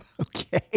Okay